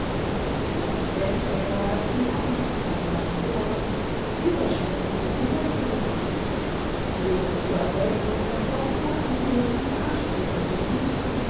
vielleicht wähnte er daß die herren examinatoren überschwängliche dinge verlangten ohne zu erwägen daß doch so viele diesen ansprüchen genügten